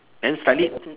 then slightly